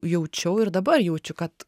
jaučiau ir dabar jaučiu kad